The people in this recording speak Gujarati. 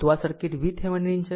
તે આ સર્કિટ VThevenin છે